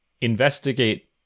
investigate